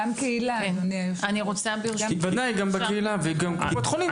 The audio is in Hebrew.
גם בקהילה וגם קופות חולים.